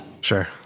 Sure